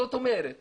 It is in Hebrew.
זאת אומרת